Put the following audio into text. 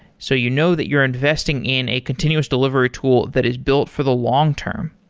so you know that you're investing in a continuous delivery tool that is built for the long-term.